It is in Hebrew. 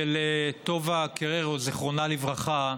של טובה קררו, זיכרונה לברכה,